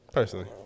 Personally